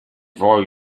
for